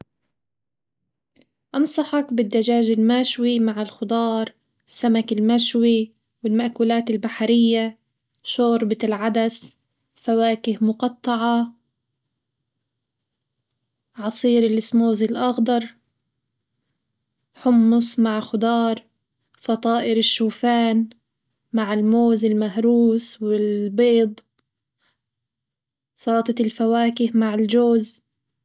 أنصحك بالدجاج المشوي مع الخضار، السمك المشوي، والمأكولات البحرية، شوربة العدس، فواكه مقطعة، عصير الاسموزي الأخضر، حمص مع خضار، فطائر الشوفان مع الموز المهروس، والبيض، سلطة الفواكه مع الجوز.